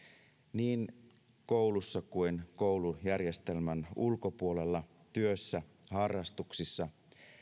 niin koulussa kuin koulujärjestelmän ulkopuolella työssä harrastuksissa